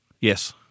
Yes